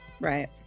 Right